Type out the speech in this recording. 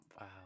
Wow